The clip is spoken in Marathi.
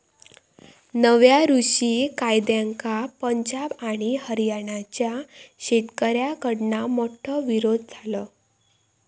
नव्या कृषि कायद्यांका पंजाब आणि हरयाणाच्या शेतकऱ्याकडना मोठो विरोध झालो